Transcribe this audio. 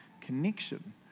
connection